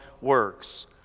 works